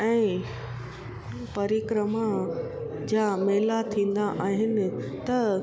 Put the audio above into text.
ऐं परिक्रमा जा मेला थींदा आहिनि त